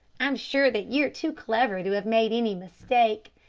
i'm sure that you are too clever to have made any mistake.